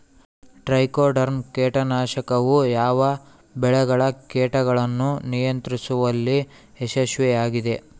Trichoderma ಕೇಟನಾಶಕವು ಯಾವ ಬೆಳೆಗಳ ಕೇಟಗಳನ್ನು ನಿಯಂತ್ರಿಸುವಲ್ಲಿ ಯಶಸ್ವಿಯಾಗಿದೆ?